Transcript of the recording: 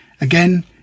Again